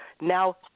now